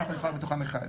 ואנחנו נבחר מתוכם אחד.